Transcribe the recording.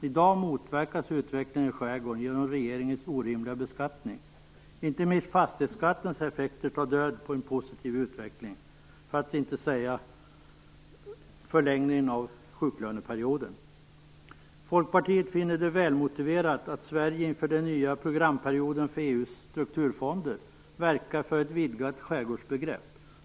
I dag motverkas utvecklingen i skärgården genom regeringens orimliga beskattning. Fastighetsskattens effekter tar död på en positiv utveckling, och inte minst förlängningen av sjuklöneperioden. Folkpartiet finner det välmotiverat att Sverige inför den nya programperioden för EU:s strukturfonder verkar för ett vidgat skärgårdsbegrepp.